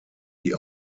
die